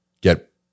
get